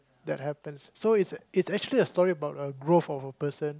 that happens so it's it's actually a story about a growth of a person